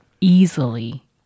easily